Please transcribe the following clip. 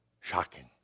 Shocking